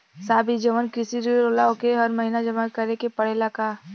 साहब ई जवन कृषि ऋण होला ओके हर महिना जमा करे के पणेला का?